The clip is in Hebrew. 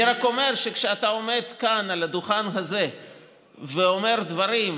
אני רק אומר שכשאתה עומד כאן על הדוכן הזה ואומר דברים,